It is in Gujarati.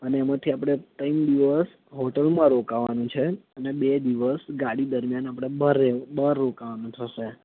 અને એમાંથી આપણે ત્રણ દિવસ હોટેલમાં રોકવાનું છે અને બે દિવસ ગાડી દરમિયાન આપણે બહારે બહાર રોકાવાનું થશે